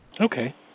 Okay